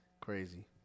Crazy